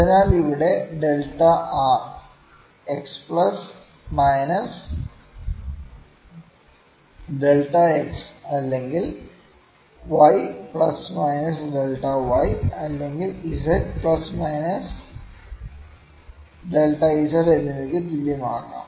അതിനാൽ ഇവിടെ delta r x plus minus delta x അല്ലെങ്കിൽ y plus minus delta y അല്ലെങ്കിൽ z plus minus delta z എന്നിവയ്ക്ക് തുല്യമാകാം